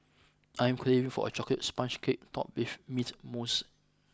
I'm craving for a chocolate sponge cake topped with mint mousse